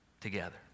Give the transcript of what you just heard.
together